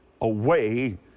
away